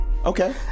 Okay